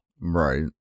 Right